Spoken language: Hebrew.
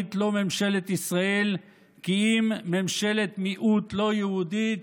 חד-משמעית לא ממשלת ישראל כי אם ממשלת מיעוט לא יהודית,